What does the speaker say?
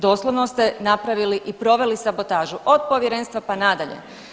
Doslovno ste napravili i proveli sabotažu, od Povjerenstva pa nadalje.